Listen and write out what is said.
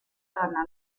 torna